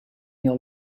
your